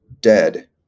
dead